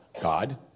God